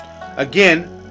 again